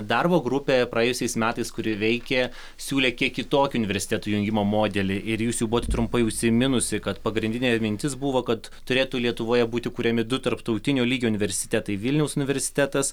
darbo grupė praėjusiais metais kuri veikė siūlė kiek kitokį universitetų jungimo modelį ir jūs jau buvote trumpai užsiminusi kad pagrindinė mintis buvo kad turėtų lietuvoje būti kuriami du tarptautinio lygio universitetai vilniaus universitetas